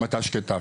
המתה שקטה,